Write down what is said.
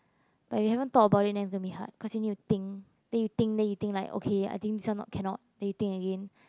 but you haven't talk about it to me hard question you think then you think then you think like okay I think this one no cannot then you think again